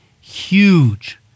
huge